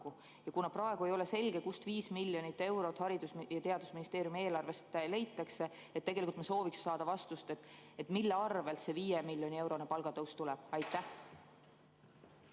Ja kuna praegu ei ole selge, kust 5 miljonit eurot Haridus- ja Teadusministeeriumi eelarvest leitakse, siis ma soovingi saada vastust, mille arvel see 5 miljoni eurone palgatõus tuleb. Aitäh!